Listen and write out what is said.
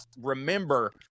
remember